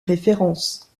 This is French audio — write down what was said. référence